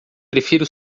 prefiro